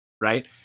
Right